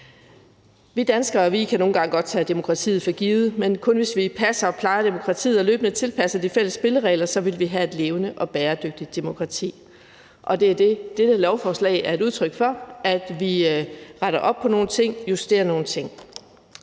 Vi danskere kan nogle gange godt tage demokratiet for givet, men kun, hvis vi passer og plejer demokratiet og løbende tilpasser de fælles spilleregler, vil vi have et levende og bæredygtigt demokrati, og dette lovforslag er et udtryk for, at vi retter op på nogle ting og justerer nogle ting.